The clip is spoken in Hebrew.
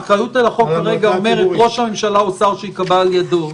האחריות על החוק כרגע אומרת ראש הממשלה או שר שייקבע על ידו.